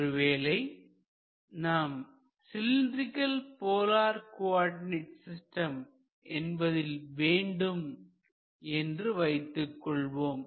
ஒருவேளை நாம் cylindrical polar coordinate system என்பதில் வேண்டும் என்று வைத்துக்கொள்வோம்